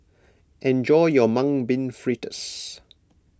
enjoy your Mung Bean Fritters